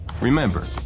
Remember